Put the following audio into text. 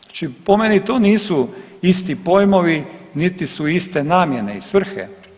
Znači po meni to nisu isti pojmovi, niti su iste namjene i svrhe.